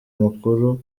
makuru